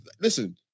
listen